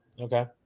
Okay